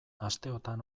asteotan